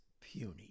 puny